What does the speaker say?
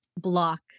block